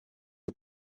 you